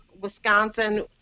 Wisconsin